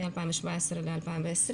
מ-2017 ועד 2020,